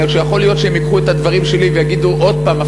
כי יכול להיות שהם ייקחו את הדברים שלי ויגידו: עוד פעם?